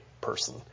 person